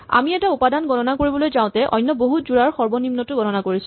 আমি এটা উপাদান গণনা কৰিবলৈ যাওঁতে অন্য বহুত যোৰাৰ সৰ্বনিম্নটো গণনা কৰিছো